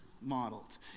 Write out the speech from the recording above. modeled